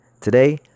today